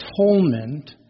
atonement